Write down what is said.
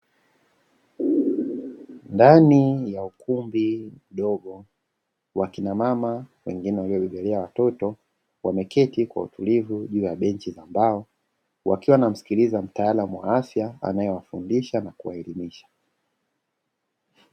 Ndani ya ukumbi mdogo wakinamama wengine waliobebelea watoto wameketi kwa utulivu juu ya benchi la mbao, wakiwa wanamsikiliza mtaalamu wa afya anayewafundisha na kuwaelimisha.